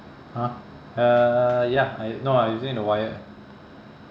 !huh! uh ya I no I using the wired